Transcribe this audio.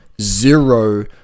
zero